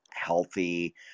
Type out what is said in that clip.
Healthy